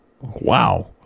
Wow